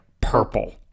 purple